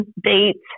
dates